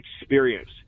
experience